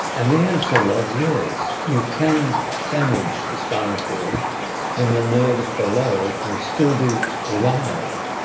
and the answer was yes, you can damage the spinal cord and the nerves below can still be alive.